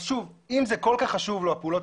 אז שוב, אם זה כל כך חשוב לו הפעולות